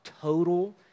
total